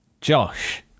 Josh